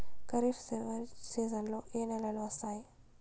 ఖరీఫ్ చివరి సీజన్లలో ఏ ఏ నెలలు వస్తాయి